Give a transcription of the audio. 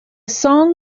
song